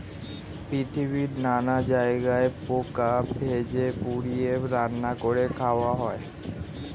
পৃথিবীর নানা জায়গায় পোকা ভেজে, পুড়িয়ে, রান্না করে খাওয়া হয়